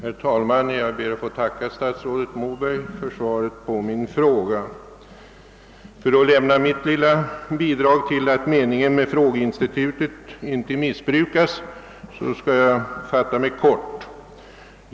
Herr talman! Jag ber att få tacka statsrådet Moberg för svaret på min fråga. För att lämna mitt lilla bidrag till att avsikten med frågeinstitutet inte missbrukas skall jag fatta mig kort.